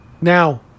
Now